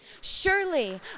Surely